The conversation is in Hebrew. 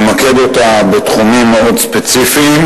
למקד אותה לתחומים מאוד ספציפיים,